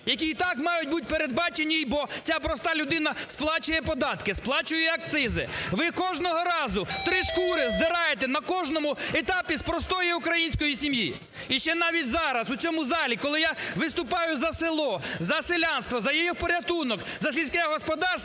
які і так мають бути передбачені, бо ця проста людина сплачує податки, сплачує акцизи. Ви кожного разу три шкури здираєте на кожному етапі з простої української сім'ї. І ще навіть зараз у цьому залі, коли я виступаю за село, за селянство, за його порятунок, за сільське господарство,